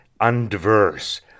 undiverse